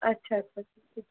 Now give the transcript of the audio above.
अच्छा अच्छा ठीक